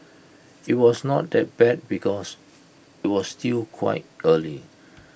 IT was not that bad because IT was still quite early